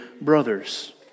brothers